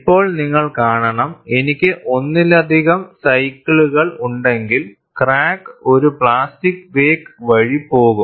ഇപ്പോൾ നിങ്ങൾ കാണണം എനിക്ക് ഒന്നിലധികം സൈക്കിളുകൾ ഉണ്ടെങ്കിൽ ക്രാക്ക് ഒരു പ്ലാസ്റ്റിക് വേക്ക് വഴി പോകും